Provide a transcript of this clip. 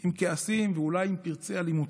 עם כעסים ואולי עם פרצי אלימות: